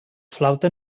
flauta